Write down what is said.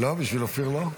לא, בשביל אופיר לא?